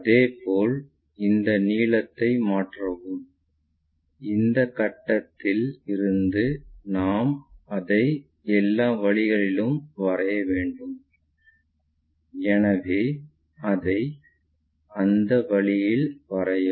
அதேபோல் இந்த நீளத்தை மாற்றவும் இந்த கட்டத்தில் இருந்து நாம் அதை எல்லா வழிகளிலும் வரைய வேண்டும் எனவே அதை அந்த வழியில் வரையவும்